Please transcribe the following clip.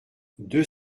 deux